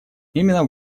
именно